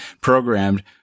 programmed